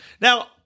Now